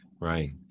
Right